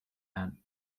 and